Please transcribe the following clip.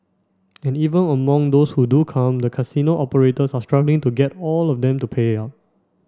and even among those who do come the casino operators are struggling to get all of them to pay up